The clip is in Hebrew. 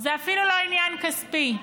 זה אפילו לא עניין כספי.